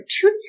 two